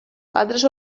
altres